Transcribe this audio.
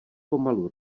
pomalu